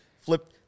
Flip-